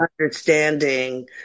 understanding